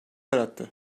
yarattı